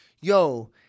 Yo